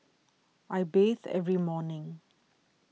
I bathe every morning